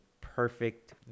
perfect